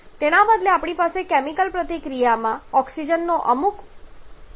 તેના બદલે આપણી પાસે કેમિકલ પ્રતિક્રિયામાં ઓક્સિજનનો અમુક વધારાનો જથ્થો હાજર હોઈ શકે છે